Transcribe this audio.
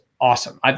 awesome